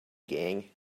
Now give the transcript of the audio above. gang